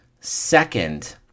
second